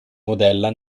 modella